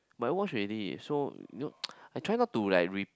but I watch already so you know I try not to like re~